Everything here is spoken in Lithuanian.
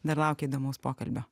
dar laukia įdomaus pokalbio